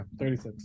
36